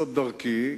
זאת דרכי,